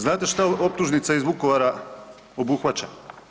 Znate šta optužnica iz Vukovara obuhvaća?